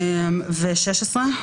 מה לגבי 16?